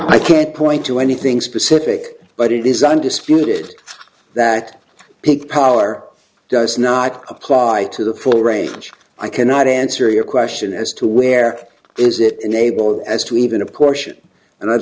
i can't point to anything specific but it is undisputed that big power does not apply to the full range i cannot answer your question as to where is it enabled as to even a portion and i'd